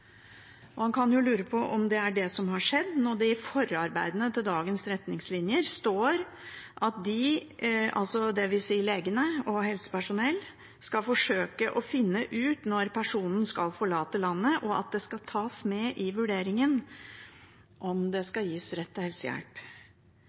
det som har skjedd, når det i forarbeidene til dagens retningslinjer står at de, dvs. legene og helsepersonellet, skal forsøke å finne ut når personen skal forlate landet, og at det skal tas med i vurderingen om det